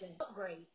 upgrade